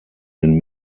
den